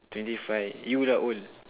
twenty five you lah old